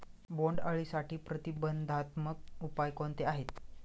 बोंडअळीसाठी प्रतिबंधात्मक उपाय कोणते आहेत?